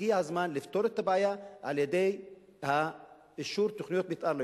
הגיע הזמן לפתור את הבעיה על-ידי אישור תוכניות מיתאר ליישובים.